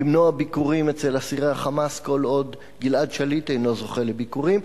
למנוע ביקורים אצל אסירי ה"חמאס" כל עוד גלעד שליט אינו זוכה לביקורים,